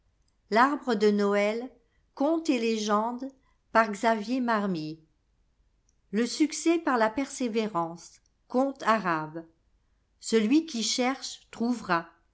le succes par la perseverance conte arabe celui qui cherche trouvera